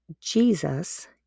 Jesus